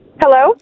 Hello